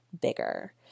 bigger